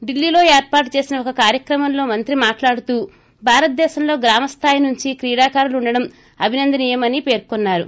డిల్లీలో ఏర్పాటు చేసిన ఒక కార్యక్రమంలో మంత్రి మాట్లాడుతూ భారతదేశంలో గ్రామ స్లాయి నుంచి క్రీడాకారులు ఉండటం అభినందనీయమని పేర్కొన్నారు